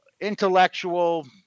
intellectual